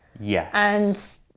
yes